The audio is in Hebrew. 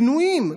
פנויים,